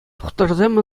тухтӑрсем